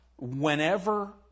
whenever